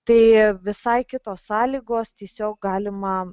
tai visai kitos sąlygos tiesiog galima